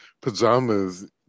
pajamas